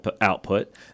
output